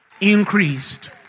Increased